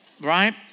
right